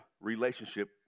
relationship